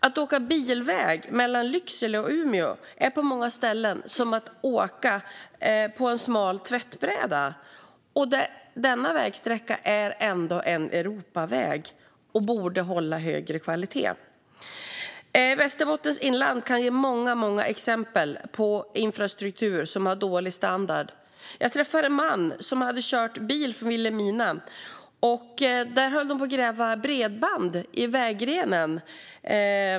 Att åka bil på vägen mellan Lycksele och Umeå är på många ställen som att åka på en smal tvättbräda. Denna vägsträcka är ändå en Europaväg och borde hålla högre kvalitet. I Västerbottens inland finns många exempel på infrastruktur som har dålig standard. Jag träffade en man som hade kört bil från Vilhelmina. På vägrenen höll man på att gräva för bredband.